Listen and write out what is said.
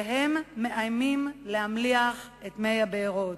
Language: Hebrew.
והם מאיימים להמליח את מי הבארות.